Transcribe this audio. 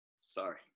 Sorry